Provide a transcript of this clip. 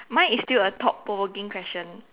mine is still a thought provoking question